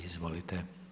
Izvolite.